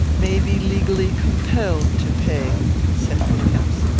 may be legally compelled to pay, said williams.